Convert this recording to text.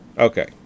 Okay